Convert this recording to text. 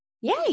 Yay